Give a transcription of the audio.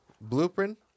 Blueprint